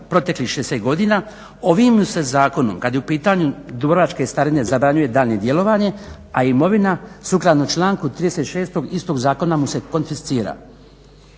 proteklih 60 godina ovim se zakonom kada su u pitanju dubrovačke starine zabranjuje daljnje djelovanje, a imovina sukladno članku 36.istog zakona mu se konfiscira.